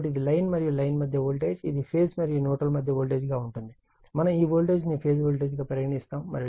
కాబట్టి ఇది లైన్ మరియు లైన్ మధ్య వోల్టేజ్ మరియు ఇది ఫేజ్ మరియు న్యూట్రల్ మధ్య వోల్టేజ్ గా ఉంటుంది మనం ఈ వోల్టేజ్ ను ఫేజ్ వోల్టేజ్ గా పరిగణిస్తాము